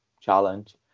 challenge